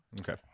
Okay